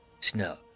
Snow